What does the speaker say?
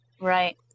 Right